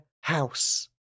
house